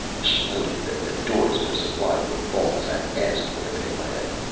she noted that the doors were supplied with bolts, and asked where they led.